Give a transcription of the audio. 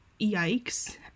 Yikes